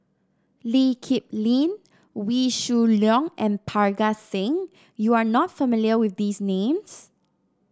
Lee Kip Lin Wee Shoo Leong and Parga Singh you are not familiar with these names